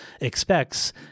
expects